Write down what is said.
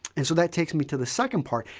and so, that takes me to the second part.